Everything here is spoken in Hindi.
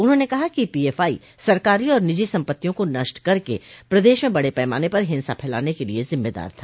उन्होंने कहा कि पीएफआई सरकारी और निजी सम्पत्तियों को नष्ट करके प्रदेश में बड़े पैमाने पर हिंसा फैलाने के लिये ज़िम्मेदार था